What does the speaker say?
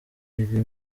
iri